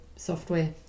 software